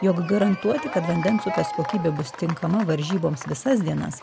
jog garantuoti kad vandens upės kokybė bus tinkama varžyboms visas dienas